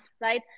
right